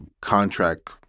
contract